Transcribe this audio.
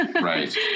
Right